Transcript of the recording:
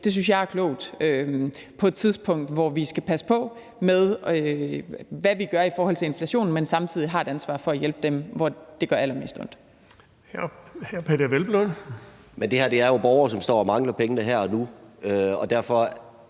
Det synes jeg er klogt på et tidspunkt, hvor vi skal passe på med, hvad vi gør i forhold til inflationen, men samtidig har et ansvar for at hjælpe dem, det gør allermest ondt